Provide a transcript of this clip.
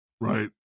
right